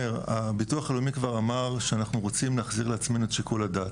ביטוח לאומי כבר אמר שאנחנו רוצים להחזיר לעצמנו את שיקול הדעת.